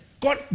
God